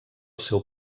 seu